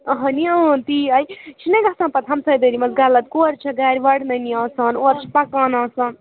اَہَنی تی ہَے یہِ چھُنا گژھان پَتہٕ ہمسایہِ دٲری منٛز غلط کورِ چھےٚ گَرِ وَڑٕنٔنی آسان اورٕ چھِ پَکان آسان